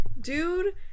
dude